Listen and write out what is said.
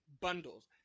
bundles